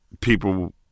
people